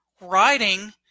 writing